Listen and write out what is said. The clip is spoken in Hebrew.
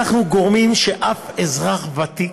אנחנו גורמים שאף אזרח ותיק,